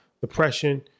depression